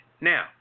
Now